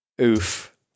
Oof